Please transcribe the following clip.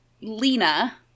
Lena